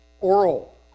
oral